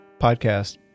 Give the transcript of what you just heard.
podcast